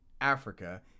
Africa